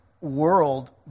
world